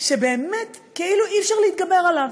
שבאמת כאילו אי-אפשר להתגבר עליו,